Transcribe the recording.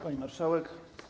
Pani Marszałek!